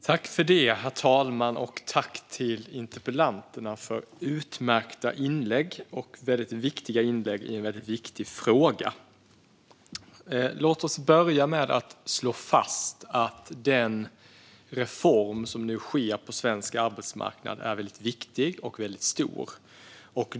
Herr talman! Jag tackar interpellanterna för utmärkta inlägg i en väldigt viktig fråga. Låt oss börja med att slå fast att den reform som sker på svensk arbetsmarknad är stor och viktig.